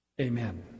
Amen